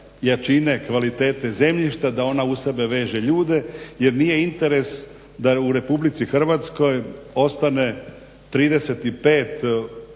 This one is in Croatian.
jačine, kvalitete zemljišta da ona u sebe veže ljude jer nije interes sa je u RH ostane 35